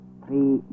three